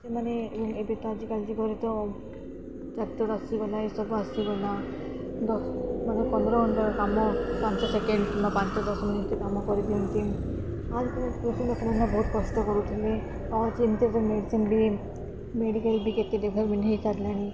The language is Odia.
ସେମାନେ ଏବେ ତ ଆଜିକାଲି ଯୁଗରେ ତ ଟ୍ରାକ୍ଟର ଆସିଗଲା ଏସବୁ ଆସି ନା ମାନେ ପନ୍ଦର ଘଣ୍ଟା କାମ ପାଞ୍ଚ ସେକେଣ୍ଡ କିମ୍ବା ପାଞ୍ଚ ଦଶ ମିନିଟ୍ କାମ କରିଦିଅନ୍ତି ଆଉ ସେତେବେଳେ ପୁରୁଷ ଲୋକମାନେ ବହୁତ କଷ୍ଟ କରୁଥିଲେ ଆଉ ଯେମିତି ତ ମେଡ଼ିସିନ ବି ମେଡ଼ିକାଲ ବି କେତେ ଡେଭଲପମେଣ୍ଟ ବି ହେଇସାରିଲାଣି